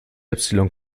epsilon